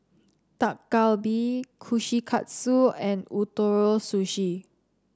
Dak Galbi Kushikatsu and Ootoro Sushi